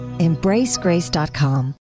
EmbraceGrace.com